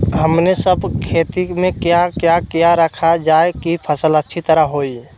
हमने सब खेती में क्या क्या किया रखा जाए की फसल अच्छी तरह होई?